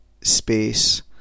space